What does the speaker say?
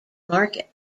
market